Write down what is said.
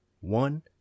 one